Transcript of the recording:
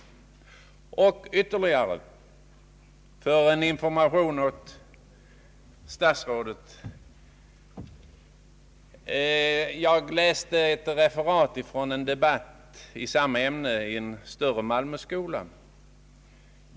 Som en information till statsrådet vill jag ytterligare anföra att jag har läst ett referat från en debatt i samma ämne i en större Malmöskola.